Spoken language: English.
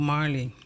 Marley